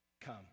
come